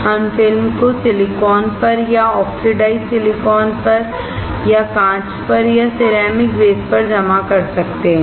हम फिल्म को सिलिकॉन पर या ऑक्सीडाइज्ड सिलिकॉन पर या कांच पर या सिरेमिक बेस पर जमा कर सकते हैं